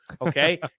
Okay